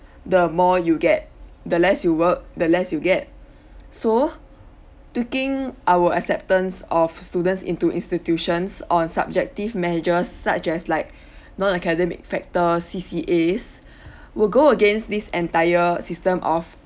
the more you get the less you work the less you get so taking our acceptance of students into institutions on subjective majors such as like non academic factors C_C_As will go against this entire system of